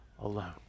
alone